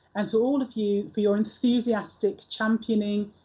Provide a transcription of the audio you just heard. and to all of you for your enthusiastic championing,